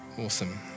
awesome